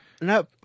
No